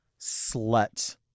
slut